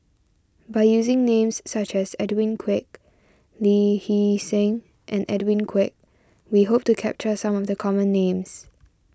by using names such as Edwin Koek Lee Hee Seng and Edwin Koek we hope to capture some of the common names